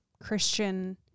Christian